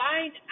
find